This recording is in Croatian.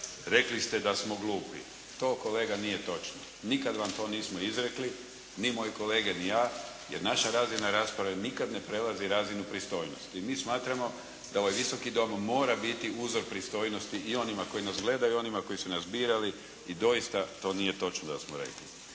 “Rekli ste da smo glupi.“ To kolega nije točno. Nikad vam to nismo izrekli ni moji kolege ni ja, jer naša razina rasprave nikad ne prelazi razinu pristojnosti. I mi smatramo da ovaj Visoki dom mora biti uzor pristojnosti i onima koji nas gledaju i onima koji su nas birali i doista to nije točno da smo rekli.